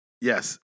Yes